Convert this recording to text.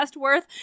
worth